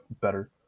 better